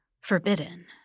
forbidden